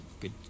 good